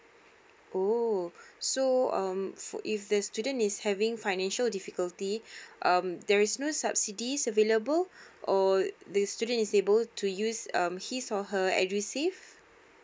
oh so um if the student is having financial difficulty um there is no subsidies available or the student is able to use um his or her edusave